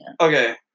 Okay